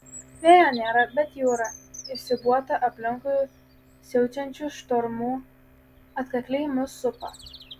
vėjo nėra bet jūra įsiūbuota aplinkui siaučiančių štormų atkakliai mus supa